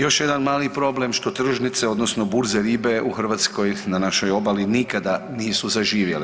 Još jedan mali problem što tržnice, odnosno burze ribe u Hrvatskoj na našoj obali nikada nisu zaživjele.